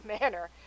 manner